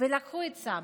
ולקחו את סבא.